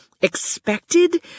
expected